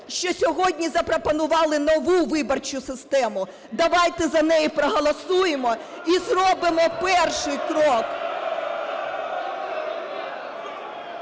що сьогодні запропонували нову виборчу систему, давайте за неї проголосуємо і зробимо перший крок.